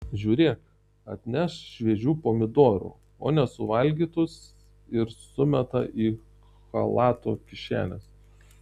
žiūrėk atneš šviežių pomidorų o nesuvalgytus ir sumeta į chalato kišenes